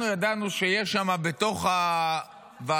אנחנו ידענו שיש שם בתוך הוועדה